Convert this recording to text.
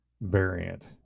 variant